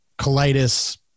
colitis